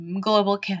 global